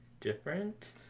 different